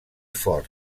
fort